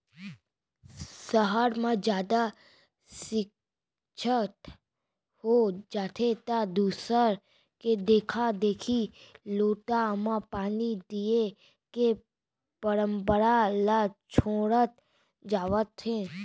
सहर म जादा सिक्छित हो जाथें त दूसर के देखा देखी लोटा म पानी दिये के परंपरा ल छोड़त जावत हें